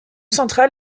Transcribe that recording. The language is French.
central